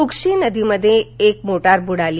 उक्षी नदीमध्ये एक मोटार बुडाली